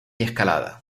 escalada